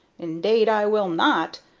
indade i will not.